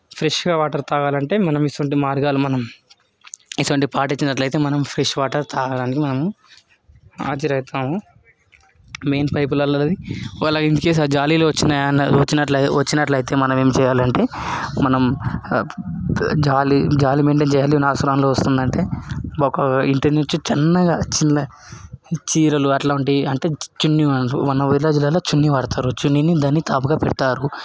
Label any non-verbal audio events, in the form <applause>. ఫ్రెష్గా వాటర్ తాగాలంటే మనం ఇటువంటి మార్గాలు మనం ఇటువంటివి పాటించినట్లయితే మనం ఫ్రెష్ వాటర్ తాగడానికి మనము ఆర్చర్ అవుతాము మెయిన్ పైపుల నుంచి ఒకవేళ ఇన్ కేస్ ఒకవేళ జాలి వచ్చినాయి వచ్చినట్లయితే వచ్చినట్లయితే మనం ఏం చేయాలంటే మనం జాలి జాలి మెయింటైన్ చేయాలి నాసు <unintelligible> వస్తుందంటే ఒక ఇంటి నుంచి చిన్నగా చిన్న చీరలు అట్లా ఉంటాయి అంటే చున్ని అంటారు <unintelligible> చున్ని వాడతారు చున్నీని దాన్ని కాపుగా పెడతారు